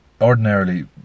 ordinarily